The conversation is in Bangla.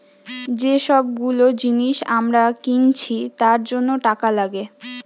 যে সব গুলো জিনিস আমরা কিনছি তার জন্য টাকা লাগে